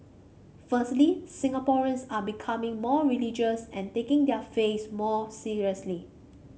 firstly Singaporeans are becoming more religious and taking their faiths more seriously